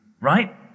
Right